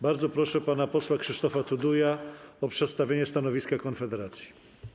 Bardzo proszę pana posła Krzysztofa Tuduja o przedstawienie stanowiska Konfederacji.